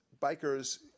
bikers